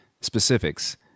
specifics